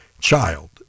child